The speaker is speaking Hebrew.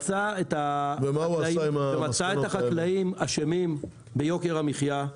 מצא את החקלאים אשמים ביוקר המחיה.